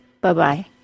Bye-bye